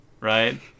right